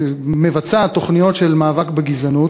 מבצעת תוכניות של מאבק בגזענות,